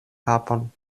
kapon